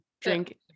drink